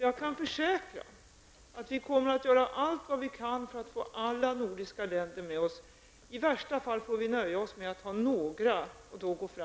Jag kan försäkra att vi kommer att göra allt vi kan för att få alla nordiska länder med oss. I värsta fall får vi nöja oss med några.